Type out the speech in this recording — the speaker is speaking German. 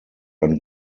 ein